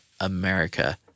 America